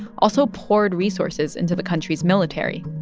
also poured resources into the country's military.